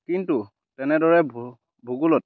কিন্তু তেনেদৰে ভূগোলত